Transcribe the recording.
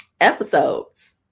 episodes